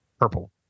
Purple